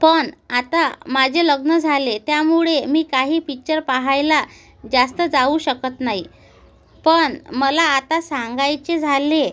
पण आता माझे लग्न झाले त्यामुळे मी काही पिच्चर पाहायला जास्त जाऊ शकत नाही पण मला आता सांगायचे झाले